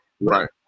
Right